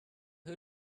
who